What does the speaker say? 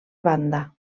banda